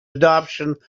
adoption